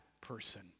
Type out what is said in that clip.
person